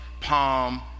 Palm